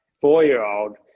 four-year-old